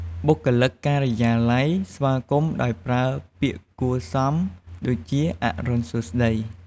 បុគ្គលិក ការិយាល័យ ស្វាគមន៍ដោយប្រើ ពាក្យគួរសមដូចជា “អរុណសួស្តី”។